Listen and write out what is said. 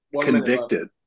convicted